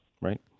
Right